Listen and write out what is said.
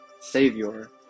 savior